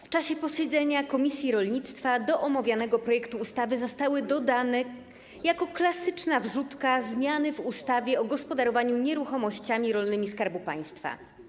W czasie posiedzenia komisji rolnictwa do omawianego projektu ustawy zostały dodane jako klasyczna wrzutka zmiany w ustawie o gospodarowaniu nieruchomościami rolnymi Skarbu Państwa.